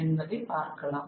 என்பதை பார்க்கலாம்